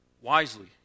wisely